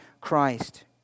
Christ